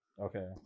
Okay